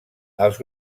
els